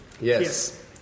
Yes